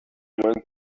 went